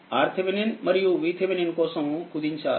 RTheveninమరియు VThevenin కోసం కుదించారు